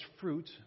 fruit